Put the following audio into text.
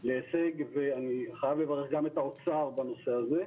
להישג ואני חייב לברך גם את האוצר בנושא הזה.